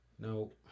No